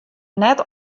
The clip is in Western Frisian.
net